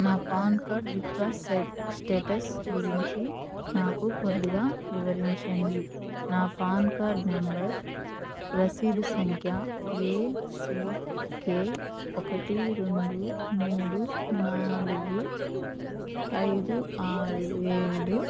నా PAN card డిప్రస్ status గురించి నాకు కొద్దిగా వివరించండి నా పాన్ కార్డ్ నెంబర్ రసీదు సంఖ్య ఏ సీ కే ఒకటి రెండు మూడు నాలుగు ఐదు ఆరు ఏడు